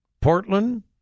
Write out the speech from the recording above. Portland